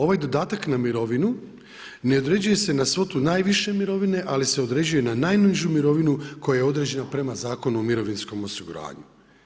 Ovaj dodatak na mirovinu ne određuje se na svotu najviše mirovine, ali se određuje na najnižu mirovinu koja je određena prema Zakonu o mirovinskom osiguranju.